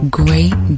great